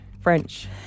French